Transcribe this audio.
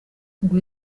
ngo